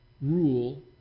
rule